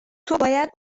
باید